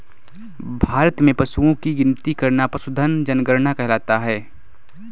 भारत में पशुओं की गिनती करना पशुधन जनगणना कहलाता है